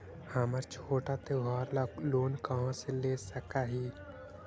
हम छोटा त्योहार ला लोन कहाँ से ले सक ही?